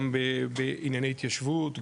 גם בענייני התיישבות,